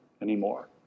anymore